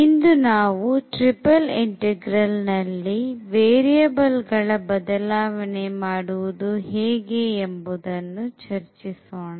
ಇಂದು ನಾವು triple integral ನಲ್ಲಿ variable ಗಳ ಬದಲಾವಣೆ ಮಾಡುವುದು ಹೇಗೆ ಎನ್ನುವ ಬಗ್ಗೆ ಚರ್ಚಿಸೋಣ